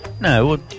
No